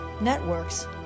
networks